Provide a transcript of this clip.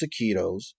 taquitos